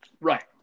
Right